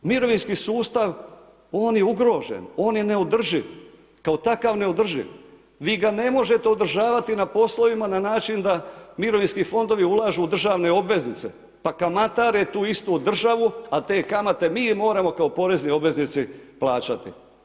Mirovinski sustav je ugrožen, on je neodrživ, kao takav neodrživ, vi ga ne možete održavati na poslovima na način da mirovinski fondovi ulažu u državne obveznice, pa kamatare tu istu državu, a te kamate mi moramo kao porezni obveznici plaćati.